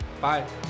Bye